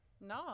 No